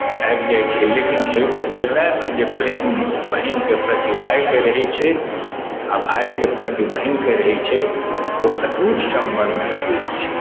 आबि जाइत छै लेकिन ह्रदयमे जे प्रेम बहिनके प्रति भायके रहैत छै आ भायके प्रति बहिनके रहैत छै ओ अटूट सम्बन्ध होइत छै